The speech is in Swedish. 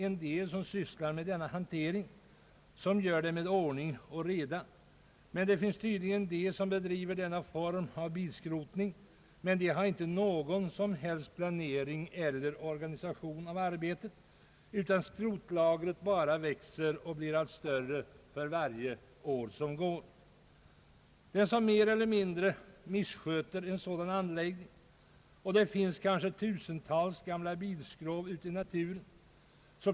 En del som sysslar med denna hantering gör det säkert med ordning och reda, men det finns tydligen de som bedriver denna form av bilskrotning utan någon som helst planering eller organisation av arbetet. Skrotlagren bara växer och blir allt större för varje år som går. Det finns de som mer eller mindre missköter en sådan anläggning. Det finns tusentals gamla bilskrov ute i naturen.